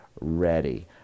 ready